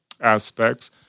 aspects